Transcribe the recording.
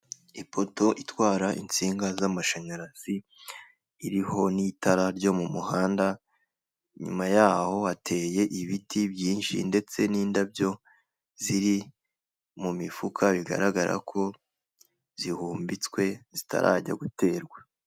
Ipoto itwara insinga z'amashanyarazi iriho n'itara ryo mu muhanda, inyuma yaho hateye ibiti byinshi ndetse n'indabyo ziri mu mifuka bigaragara ko zihumbitswe zitarajya guterwa.